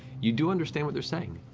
you do understand what they're saying,